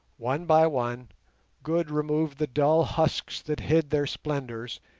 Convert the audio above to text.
one by one good removed the dull husks that hid their splendours,